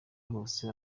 hose